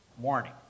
morning